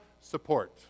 support